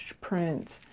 print